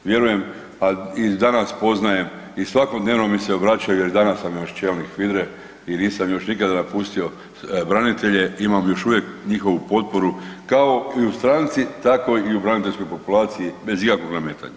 Vjerujem a i danas poznajem i svakodnevno mi se obraćaju jer i danas sam još čelnik HVIDRA-e i nisam još nikad napustio branitelje, imam još uvijek njihovu potporu kao i u stranci, tako i u braniteljskoj populaciji bez ikakvog nametanja.